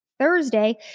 Thursday